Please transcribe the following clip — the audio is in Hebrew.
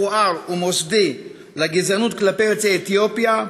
מכוער ומוסדי לגזענות כלפי יוצאי אתיופיה,